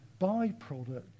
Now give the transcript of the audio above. byproduct